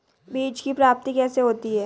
बीज की प्राप्ति कैसे होती है?